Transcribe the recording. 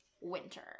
winter